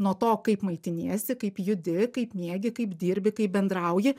nuo to kaip maitiniesi kaip judi kaip miegi kaip dirbi kaip bendrauji